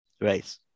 Right